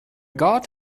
god